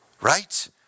Right